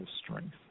strength